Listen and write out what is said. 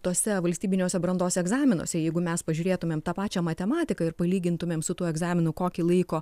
tuose valstybiniuose brandos egzaminuose jeigu mes pažiūrėtumėm tą pačią matematiką ir palygintumėm su tuo egzaminu kokį laiko